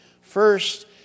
First